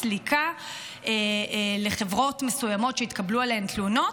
סליקה לחברות מסוימות שהתקבלו עליהן תלונות.